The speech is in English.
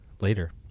later